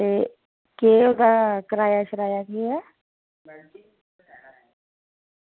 केह् ओह्दा किराया केह् ऐ